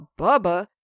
Bubba